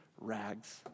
rags